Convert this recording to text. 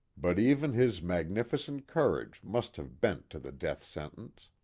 but even his magnificent courage must have bent to the death sentence.